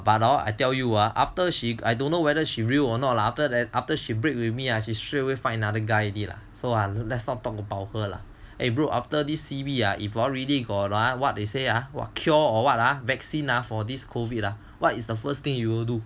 but hor I tell you ah after she I don't know whether she real or not long after that after she break with me ah she straight away find another guy already lah so ah let's not talk about her lah eh bro after this C_B hor if really got ah what they say ah !wah! cure or ah vaccine ah for this COVID ah what is the first thing you will do